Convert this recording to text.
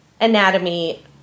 anatomy